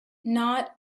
not